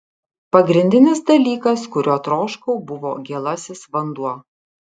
pagrindinis dalykas kurio troškau buvo gėlasis vanduo